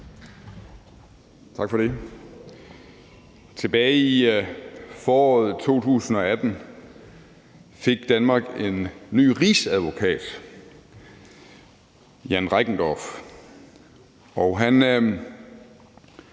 Tak for det. Tilbage i foråret 2018 fik Danmark en ny rigsadvokat, Jan Reckendorff,